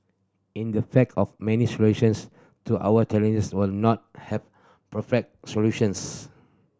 in the fact of many solutions to our challenges will not have perfect solutions